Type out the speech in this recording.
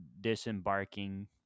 disembarking